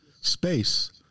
space